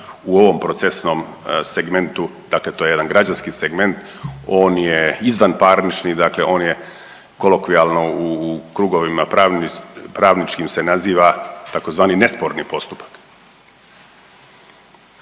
u ovom procesnom segmentu, dakle to je jedan građanski segment, on je izvanparnični dakle on je kolokvijalno u krugovima pravničkim se naziva tzv. nesporni postupak.